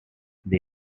meet